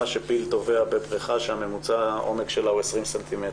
שפיל טובע בבריכה שממוצע העומק שלה הוא 20 ס"מ.